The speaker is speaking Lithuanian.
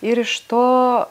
ir iš to